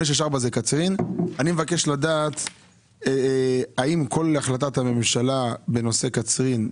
אני מבקש לדעת כמה בסך הכול הייתה כל החלטת הממשלה בנושא קצרין.